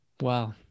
Wow